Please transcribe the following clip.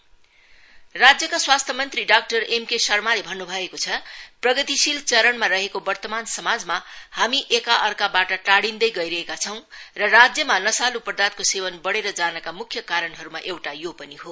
health minister राज्यका स्वास्थ्य मंत्री डाक्टर एम के शर्माले भन्न् भएको छ प्रगतिशील चरणमा रहेको वर्तमान समाजमा हामी एका अर्काबाट टाढ़िन्दै गिरहेका छौं र राज्यमा नशाल् पदार्थको सेवन बढ़ेर जानका मुख्य कारणहरूमा एउटा यो पनि हो